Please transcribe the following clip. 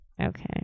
Okay